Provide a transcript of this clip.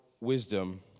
wisdom